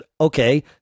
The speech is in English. okay